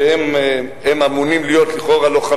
שהם לכאורה אמונים על להיות לוחמים,